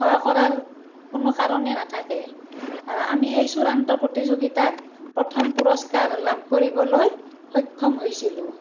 ভয় কৰাৰ কোনো কাৰণেই নাথাকে আৰু আমি সেই চূড়ান্ত প্ৰতিযোগিতাত প্ৰথম পুৰস্কাৰ লাভ কৰিবলৈ সক্ষম হৈছিলোঁ